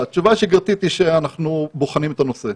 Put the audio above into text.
התשובה השגרתית היא שאנחנו בוחנים את הנושא.